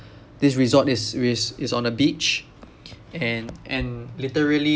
this resort is is on a beach and and literally